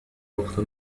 وقت